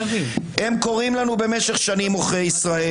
הם קוראים לנו במשך שנים "עוכרי ישראל"